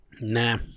Nah